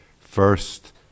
first